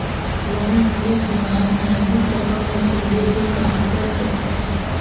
Loan लेहे के बाद मे अधिक रकम वसूले के कहां कर सकथव?